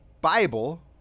Bible